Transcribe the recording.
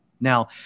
Now